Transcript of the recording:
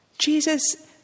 Jesus